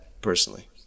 personally